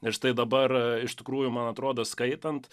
ir štai dabar iš tikrųjų man atrodo skaitant